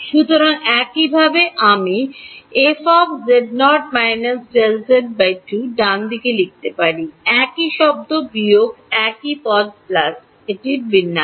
সুতরাং একইভাবে আমি ডানদিকে লিখতে পারি একই শব্দ বিয়োগ একই পদ প্লাস এটি বিন্যাস